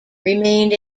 remained